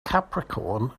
capricorn